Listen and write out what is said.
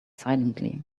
silently